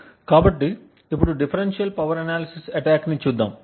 కాబట్టి ఇప్పుడు differential power analysis అటాక్ని చూద్దాం